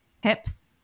Hips